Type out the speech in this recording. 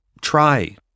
try